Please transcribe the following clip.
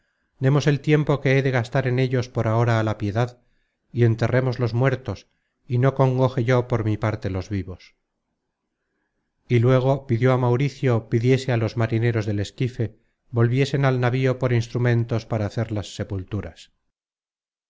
demos el tiempo que he de gastar en ellos por ahora á la piedad y enterremos los muertos y no congoje yo por mi parte los vivos y luego pidió á mauricio pidiese á los marineros del esquife volviesen al navío por instrumentos para hacer las sepulturas